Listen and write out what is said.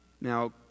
Now